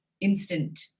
instant